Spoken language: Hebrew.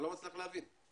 אני לא מצליח להבין.